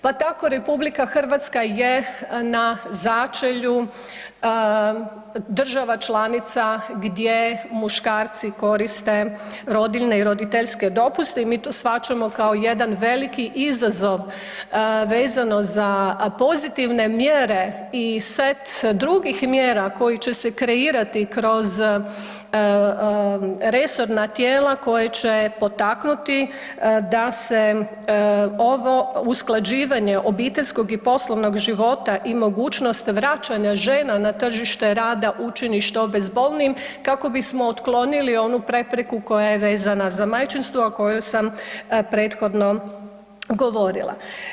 Pa tako RH je na začelju država članica gdje muškarci koriste rodiljne i roditeljske dopuste i mi to shvaćamo kao jedan veliki izazov vezano za pozitivne mjere i set drugih mjera koji će se kreirati kroz resorna tijela koje će potaknuti da se ovo usklađivanje obiteljskog i poslovnog života i mogućnost vraćanja žena na tržište rada učini što bezbolnijim kako bismo otklonili onu prepreku koja je vezana za majčinstvo o kojoj sam prethodno govorila.